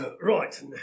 Right